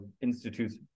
institutes